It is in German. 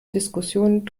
diskussionen